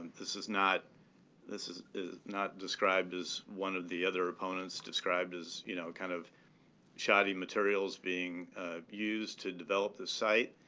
this is not this is not described as one of the other opponents described as a you know kind of shoddy materials being used to develop the site.